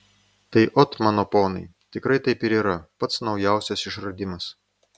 tai ot mano ponai tikrai taip ir yra pats naujausias išradimas